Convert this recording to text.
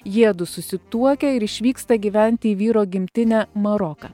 jiedu susituokia ir išvyksta gyventi į vyro gimtinę maroką